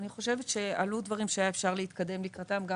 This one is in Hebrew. אני חושבת שעלו דברים שהיה אפשר להתקדם לקראתם גם